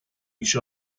each